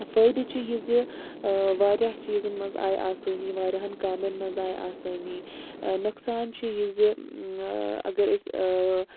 فٲیِدٕ چھُ یہِ زِ واریاہ چیٖزَن منٛز آیہِ آسٲنی واریاہَن کامؠن منٛز آیہِ آسٲنی نۄقصان چھُ یہِ زِ اَگر أسۍ